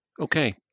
Okay